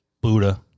Buddha